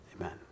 Amen